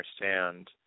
understand